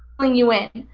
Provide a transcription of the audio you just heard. pulling you in.